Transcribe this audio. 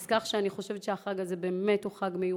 כך שאני חושבת שהחג הזה הוא באמת חג מיוחד,